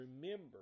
remember